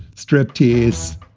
strip tease.